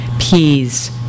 peas